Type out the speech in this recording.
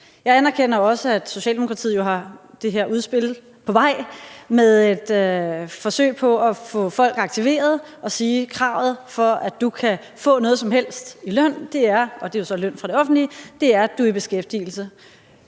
Jeg anerkender også, at Socialdemokratiet jo har det her udspil på vej, hvor man forsøger at få folk aktiveret og siger: For at du kan få noget som helst i løn – løn fra det offentlige – er kravet, at du er i beskæftigelse.